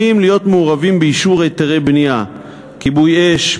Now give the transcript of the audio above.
להיות מעורבים באישור היתרי בנייה: כיבוי-אש,